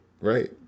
right